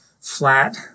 flat